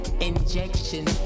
Injection